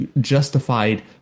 justified